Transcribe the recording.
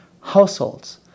households